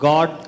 God